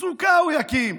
סוכה הוא יקים,